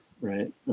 right